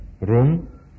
room